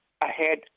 ahead